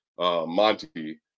Monty